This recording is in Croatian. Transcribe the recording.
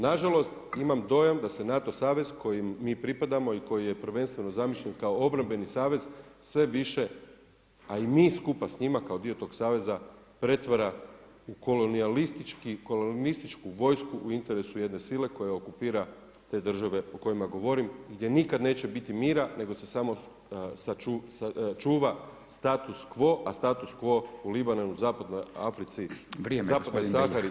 Nažalost, imam dojam da se NATO savez kojem mi pripadamo i koji je prvenstveno zamišljen kao obrambeni savez više, a i mi skupa s njima kao dio tog saveza pretvara u kolonijalističku vojsku u interesu jedne sile koja okupira te države o kojima govorim gdje nikad neće biti mira nego se samo čuva status quo, a status quo u Libanonu i Zapadnoj Sahari i Afganistanu znači rat.